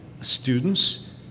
students